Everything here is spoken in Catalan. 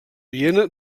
viena